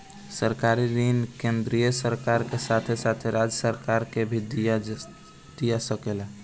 सरकारी ऋण केंद्रीय सरकार के साथे साथे राज्य सरकार के भी दिया सकेला